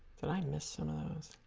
did i miss some of those